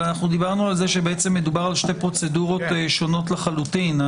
אבל דיברנו על כך שבעצם מדובר על שתי פרוצדורות שונות לחלוטין.